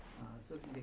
mmhmm